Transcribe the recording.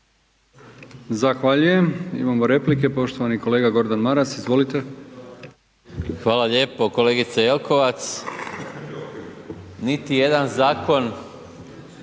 Zahvaljujem. Imamo replike. Poštovani kolega Gordan Maras, izvolite. **Maras, Gordan (SDP)** Hvala lijepo. Kolegice Jelkovac, niti jedan zakon